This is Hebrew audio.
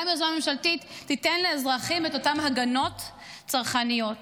גם עזרה ממשלתית תיתן לאזרחים את אותם הגנות צרכניות.